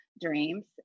dreams